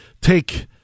take